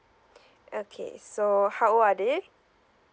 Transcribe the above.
okay so how old are they